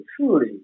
truly